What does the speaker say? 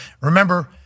Remember